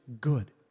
good